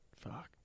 Fuck